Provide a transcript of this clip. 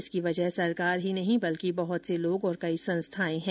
इसकी वजह सरकार ही नहीं बल्कि बहुत से लोग और कई संस्थाएं है